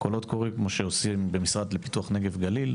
כמו שעושים במשרד לפיתוח נגב-גליל.